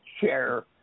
share